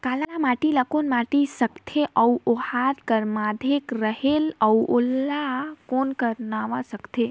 काला माटी ला कौन माटी सकथे अउ ओहार के माधेक रेहेल अउ ओला कौन का नाव सकथे?